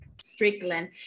Strickland